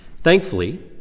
Thankfully